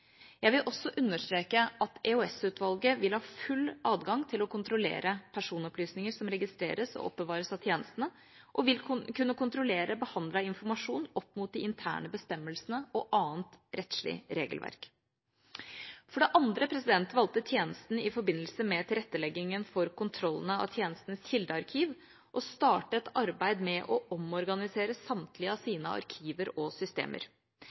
Jeg vil også understreke at EOS-utvalget vil ha full adgang til å kontrollere personopplysninger som registreres og oppbevares av tjenestene, og vil kunne kontrollere behandlet informasjon opp mot de interne bestemmelsene og annet rettslig regelverk. For det andre valgte tjenesten i forbindelse med tilretteleggingen for kontrollene av tjenestens kildearkiv å starte et arbeid med å omorganisere samtlige av sine arkiver og systemer.